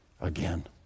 again